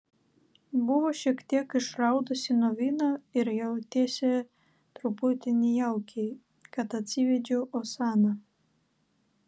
buvo šiek tiek išraudusi nuo vyno ir jautėsi truputį nejaukiai kad atsivedžiau osaną